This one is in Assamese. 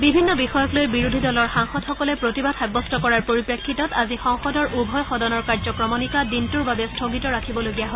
বিভিন্ন বিষয়ক লৈ বিৰোধী দলৰ সাংসদসকলে প্ৰতিবাদ সাব্যস্ত কৰাৰ পৰিপ্ৰেক্ষিতত আজি সংসদৰ উভয় সদনৰ কাৰ্যক্ৰমণিকা দিনটোৰ বাবে স্থগিত ৰাখিবলগীয়া হয়